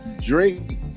Drake